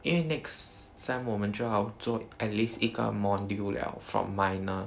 因为 next sem 我们就要做 at least 一个 module 了 from minor